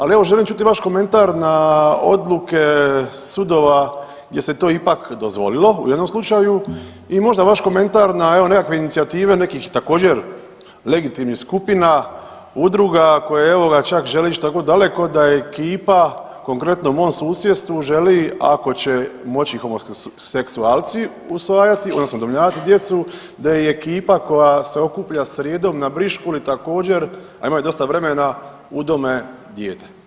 Ali evo želim čuti vaš komentar na odluke sudova gdje se to ipak dozvolilo u jednom slučaju i možda vaš komentar na evo nekakve inicijative nekakvih također legitimnih skupina, udruga, koje evo ga čak žele ići tako daleko da ekipa konkretno u mom susjedstvu želi ako će moći homoseksualci usvajati odnosno udomljavati djecu da i ekipa koja se okuplja srijedom na briškuli također, a imaju dosta vremena udome dijete.